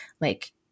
like-